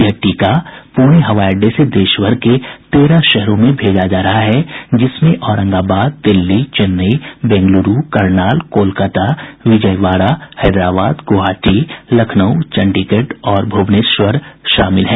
यह टीका पुणे हवाई अड्डे से देशभर के तेरह शहरों में भेजा जा रहा है जिसमें औरंगाबाद दिल्ली चेन्नई बेंगलुरू करनाल कोलकाता विजयवाड़ा हैदराबाद ग्रवाहाटी लखनऊ चंडीगढ़ और भूवनेश्वर शामिल हैं